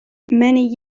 many